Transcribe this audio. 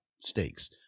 stakes